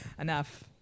enough